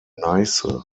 neiße